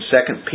Second